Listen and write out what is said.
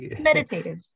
meditative